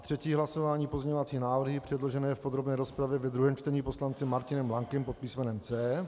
3. hlasování pozměňovací návrhy předložené v podrobné rozpravě ve druhém čtení poslancem Martinem Lankem pod písmenem C.